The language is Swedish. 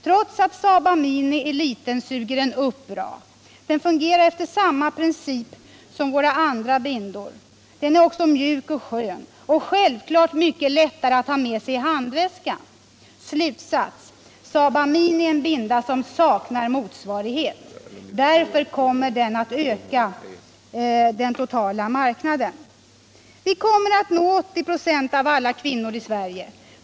Trots att Saba Mini är liten suger den upp bra. Den fungerar efter samma princip som våra andra bindor. Den är också mjuk och skön. Och självklart mycket lättare att ta med sig i handväskan. Slutsats: Saba Mini är en binda som saknar motsvarighet. Därför kommer den att öka den totala marknaden. Vi kommer att nå 80 96 av alla kvinnor i Sverige.